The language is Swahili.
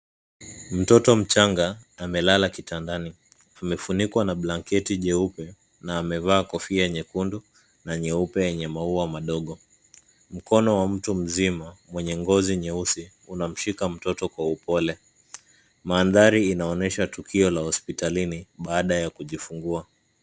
Mtoto mchanga amelala kitandani, amefunikwa na blanketi jeupe na amevaa kofia nyekundu na nyeupe yenye maua madogo. Mkono wa mtu mzima mwenye ngozi nyeusi unamshika mtoto kwa upole. Mandhari inaonyesha tukio la hospitalini baada ya kujifungua.